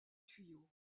tuyau